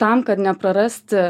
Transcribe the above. tam kad neprarasti